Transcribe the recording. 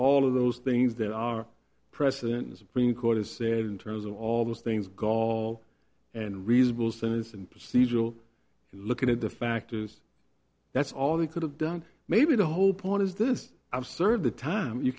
all of those things there are precedent the supreme court has said in terms of all these things call and reasonable sentence and procedural looking at the factors that's all he could have done maybe the whole point is this i've served the time you